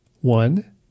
One